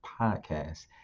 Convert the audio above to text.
Podcast